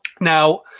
Now